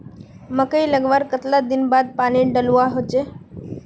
मकई लगवार कतला दिन बाद पानी डालुवा होचे?